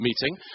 meeting